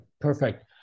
perfect